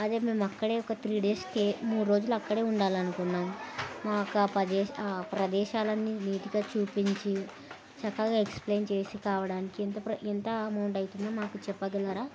అదే మేము అక్కడే ఒక త్రీ డేస్కే మూడు రోజులు అక్కడే ఉండాలి అనుకున్నాం మాకు ప్రదేశాలన్నీ నీట్గా చూపించి చక్కగా ఎక్స్ప్లైయిన్ చేసి కావడానికి ఎంత ఎంత అమౌంట్ అవుతుంది మాకు చెప్పగలరా